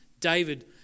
David